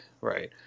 right